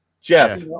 Jeff